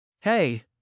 Hey